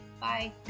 Bye